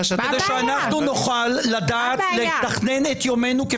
כדי שנוכל לתכנן את יומנו,